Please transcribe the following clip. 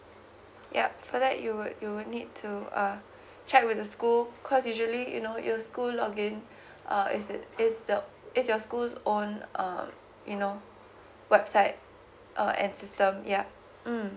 yup for that you would you would need to uh check with the school cause usually you know your school login uh is the is the is your schools own um you know website uh and system yup mm